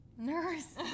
Nurse